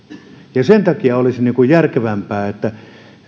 sen takia olisi järkevämpää että